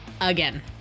Again